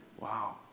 Wow